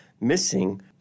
missing